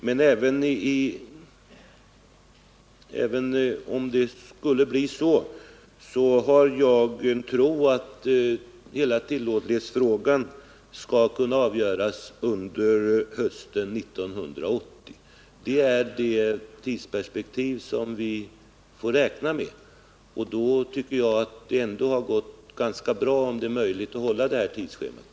Men även om det skulle bli så, tror jag att hela tillåtlighetsfrågan skall kunna avgöras under hösten 1980. Det är det tidsperspektiv vi får räkna med. Om det är möjligt att hålla det tidsschemat, tycker jag ändå att det har gått ganska bra.